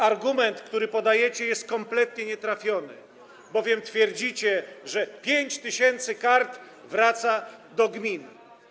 Argument, który podajecie, jest kompletnie nietrafiony, bowiem twierdzicie, że 5 tys. kart wraca do gmin.